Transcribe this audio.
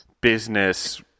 business